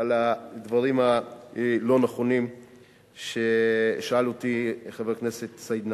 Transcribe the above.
על הדברים הלא-נכונים ששאל אותי חבר הכנסת סעיד נפאע.